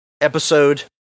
episode